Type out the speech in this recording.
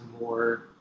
more